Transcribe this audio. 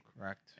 Correct